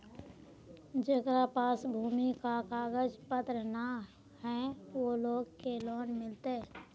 जेकरा पास भूमि का कागज पत्र न है वो लोग के लोन मिलते?